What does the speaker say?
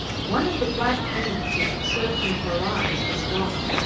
one of the black beads which had served him for eyes was gone.